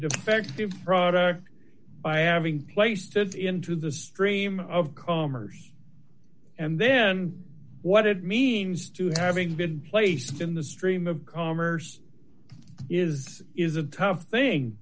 defective product by having placed it into the stream of combers and then what it means to having been placed in the stream of commerce is is a tough thing